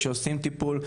כשעושים טיפול,